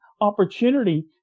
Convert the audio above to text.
opportunity